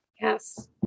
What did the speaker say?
yes